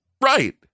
right